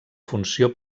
funció